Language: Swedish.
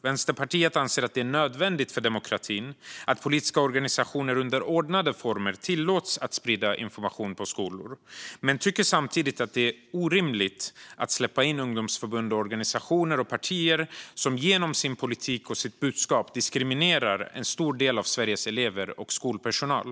Vänsterpartiet anser att det är nödvändigt för demokratin att politiska organisationer under ordnade former tillåts sprida information på skolor men tycker samtidigt att det är orimligt att släppa in ungdomsförbund, organisationer och partier som genom sin politik och sitt budskap diskriminerar en stor del av Sveriges elever och skolpersonal.